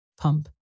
pump